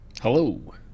Hello